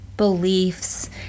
beliefs